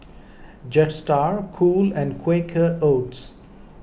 Jetstar Cool and Quaker Oats